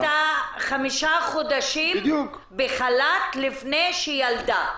נגיד שהיא הייתה בחל"ת חמישה חודשים לפני שהיא ילדה.